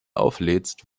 auflädst